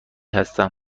هستم